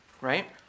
right